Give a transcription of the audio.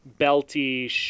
belty